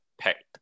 packed